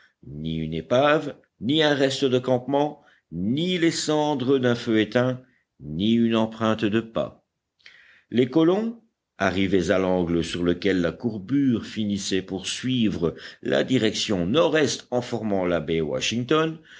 ni une épave ni un reste de campement ni les cendres d'un feu éteint ni une empreinte de pas les colons arrivés à l'angle sur lequel la courbure finissait pour suivre la direction nord-est en formant la baie washington